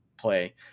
play